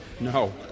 No